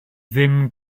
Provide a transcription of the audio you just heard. ddim